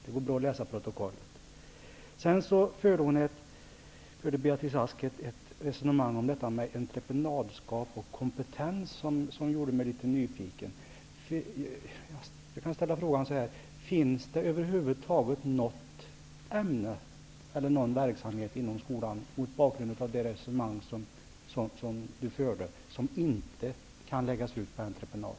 Det går bra att läsa protokollet. Beatrice Ask förde ett resonemang om entreprenadskap och kompetens som gjorde mig litet nyfiken. Finns det mot bakgrund av det resonemang som fördes över huvud taget något ämne eller någon verksamhet inom skolan som inte kan läggas ut på entreprenad?